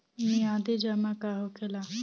मियादी जमा का होखेला?